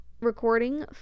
recording